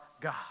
God